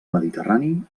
mediterrani